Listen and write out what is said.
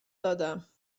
دادم